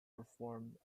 performed